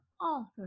offer